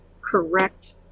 correct